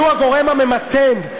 הייתה הגורם הממתן,